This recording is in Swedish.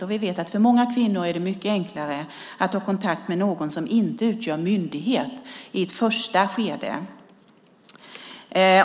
Vi vet att det för många kvinnor är mycket enklare att ta kontakt med någon som inte utgör myndighet i ett första skede.